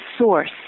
source